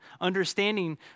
understanding